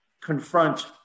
confront